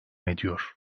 ediyor